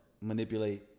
manipulate